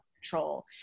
control